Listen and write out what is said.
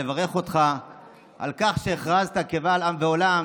אברך אותך על כך שהכרזת קבל עם ועולם